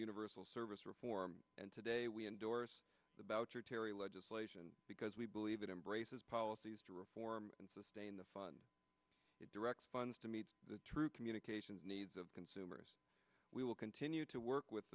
universal service reform and today we endorse the boucher terry legislation because we believe it embraces policies to reform and sustain the fund that directs funds to meet the true communications needs of consumers we will continue to work with